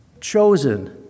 chosen